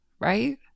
right